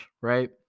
right